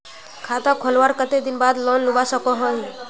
खाता खोलवार कते दिन बाद लोन लुबा सकोहो ही?